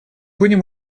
будем